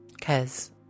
Cause